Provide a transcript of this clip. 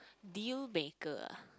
deal maker ah